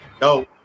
No